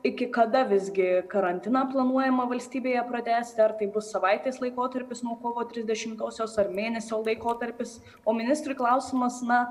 iki kada visgi karantiną planuojama valstybėje pratęsti ar tai bus savaitės laikotarpis nuo kovo trisdešimtosios ar mėnesio laikotarpis o ministrui klausimas na